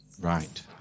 right